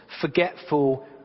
forgetful